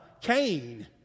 Cain